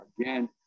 again